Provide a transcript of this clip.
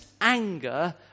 anger